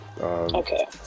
okay